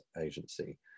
agency